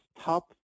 top